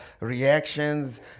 reactions